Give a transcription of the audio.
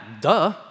duh